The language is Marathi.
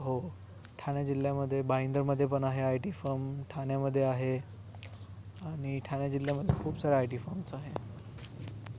हो ठाणे जिल्ह्यामध्ये भाईंदरमध्ये पण आहे आय टी फर्म ठाण्यामध्ये आहे आणि ठाणे जिल्ह्यामध्ये खूप साऱ्या आय टी फर्म्स आहे